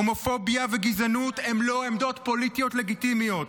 הומופוביה וגזענות הן לא עמדות פוליטיות לגיטימיות.